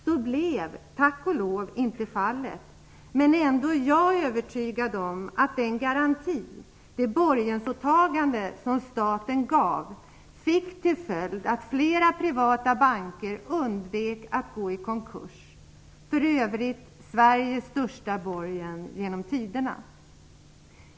Så blev tack och lov inte fallet. Men ändå är jag övertygad om att statens borgensåtagande, den garanti som staten gav, fick till följd att flera privata banker undvek att gå i konkurs - för övrigt Sveriges största borgensåtagande genom tiderna.